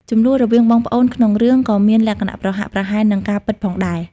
ជម្លោះរវាងបងប្អូនក្នុងរឿងក៏មានលក្ខណៈប្រហាក់ប្រហែលនឹងការពិតផងដែរ។